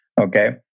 Okay